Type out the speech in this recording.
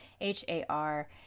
h-a-r